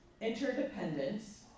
interdependence